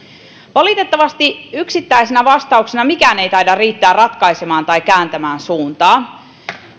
valitettavasti yksittäisenä vastauksena mikään ei taida riittää ratkaisemaan tätä tai kääntämään suuntaa tähän liittyy